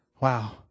Wow